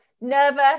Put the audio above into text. nervous